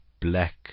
black